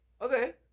Okay